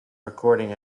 recording